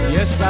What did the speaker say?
Yes